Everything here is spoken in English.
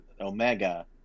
Omega